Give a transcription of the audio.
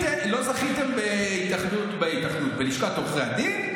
לא זכיתם בלשכת עורכי הדין,